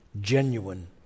genuine